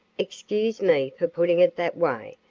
excuse me for putting it that way,